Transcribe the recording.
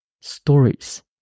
Stories